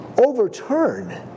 overturn